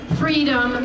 freedom